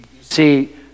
see